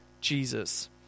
Jesus